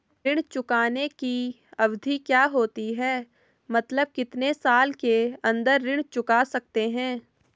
ऋण चुकाने की अवधि क्या होती है मतलब कितने साल के अंदर ऋण चुका सकते हैं?